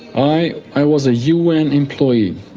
i i was a un employee.